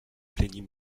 plaignit